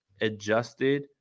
adjusted